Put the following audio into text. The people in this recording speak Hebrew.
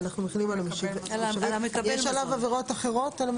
יש על המשווק הזה עבירות אחרות?